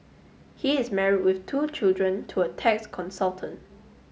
he is married with two children to a tax consultant